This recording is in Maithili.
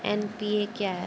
एन.पी.ए क्या हैं?